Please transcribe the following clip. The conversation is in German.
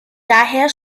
daher